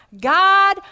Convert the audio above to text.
God